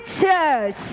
Church